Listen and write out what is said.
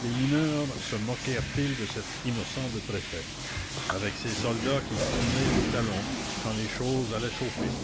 les mineurs se moquèrent ils de cet innocent de préfet avec ses soldats qui tournaient les talons quand les choses allaient chauffer